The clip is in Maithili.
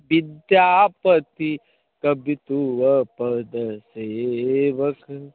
विद्यापति कवि तुअ पद सेवक